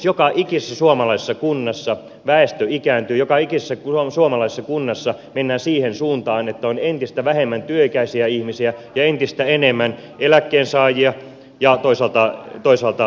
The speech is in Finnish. joka ikisessä suomalaisessa kunnassa väestö ikääntyy joka ikisessä suomalaisessa kunnassa mennään siihen suuntaan että on entistä vähemmän työikäisiä ihmisiä ja entistä enemmän eläkkeensaajia ja toisaalta lapsia